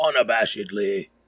unabashedly